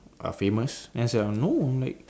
uh famous then I say no like